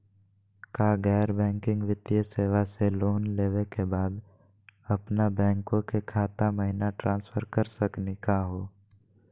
का गैर बैंकिंग वित्तीय सेवाएं स लोन लेवै के बाद अपन बैंको के खाता महिना ट्रांसफर कर सकनी का हो?